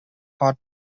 hot